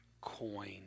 coin